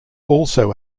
also